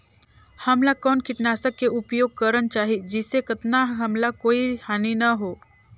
हमला कौन किटनाशक के उपयोग करन चाही जिसे कतना हमला कोई हानि न हो?